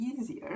easier